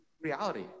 reality